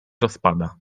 rozpada